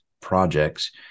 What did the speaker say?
projects